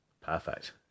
perfect